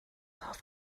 half